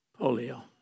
polio